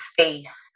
space